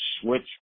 switch